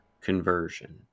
conversion